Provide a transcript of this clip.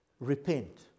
repent